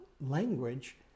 language